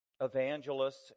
evangelists